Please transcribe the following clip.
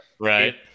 Right